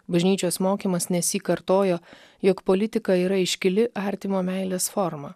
bažnyčios mokymas nesyk kartojo jog politika yra iškili artimo meilės forma